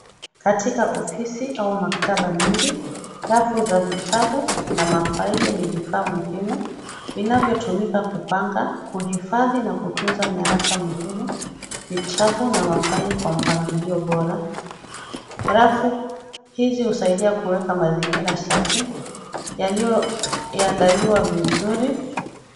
Katika ofisi au maktaba nyingi rafu za vitabu na mafaili ni vifaa muhimu vinavyotumika kupanga, kuhifadhi na kutunza nyaraka muhimu, vitabu na mafaili kwa mpangilio bora. Rafu hizi husaidia kuweka mazingira safi yaliyoandaliwa vizuri.